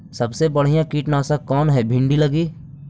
सबसे बढ़िया कित्नासक कौन है भिन्डी लगी?